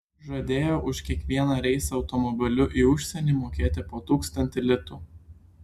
žadėjo už kiekvieną reisą automobiliu į užsienį mokėti po tūkstantį litų